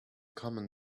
common